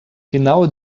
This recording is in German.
genau